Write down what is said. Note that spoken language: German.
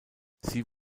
sie